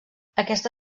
aquesta